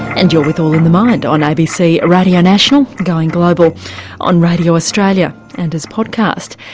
and you're with all in the mind on abc radio national, going global on radio australia and as podcast.